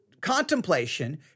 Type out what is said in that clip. contemplation